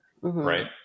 right